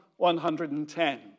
110